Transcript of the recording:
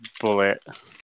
bullet